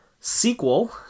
sequel